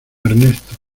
ernesto